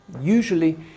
Usually